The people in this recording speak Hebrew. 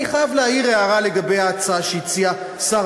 אני חייב להעיר הערה לגבי ההצעה שהציע שר